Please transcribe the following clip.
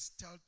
tell